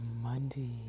Monday